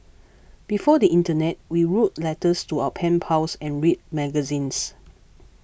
before the internet we wrote letters to our pen pals and read magazines